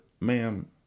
ma'am